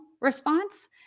response